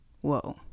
whoa